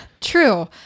True